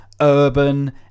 urban